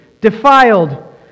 defiled